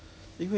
but then